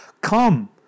Come